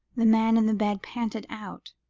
the man in the bed panted out,